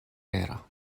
vera